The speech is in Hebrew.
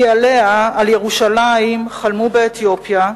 כי עליה, על ירושלים, חלמו באתיופיה,